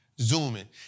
Zooming